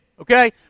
Okay